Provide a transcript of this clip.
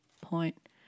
point